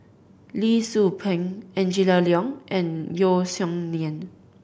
Lee Tzu Pheng Angela Liong and Yeo Song Nian